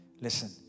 Listen